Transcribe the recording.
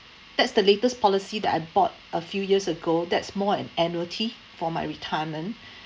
that's the latest policy that I bought a few years ago that's more annuity for my retirement